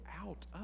out